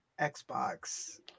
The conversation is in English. Xbox